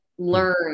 Learn